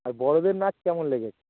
আর বড়দের নাচ কেমন লেগেছে